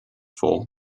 for